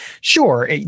Sure